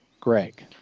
greg